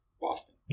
Boston